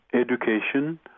education